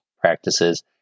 practices